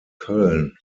köln